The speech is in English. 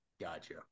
Gotcha